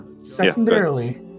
secondarily